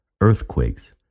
earthquakes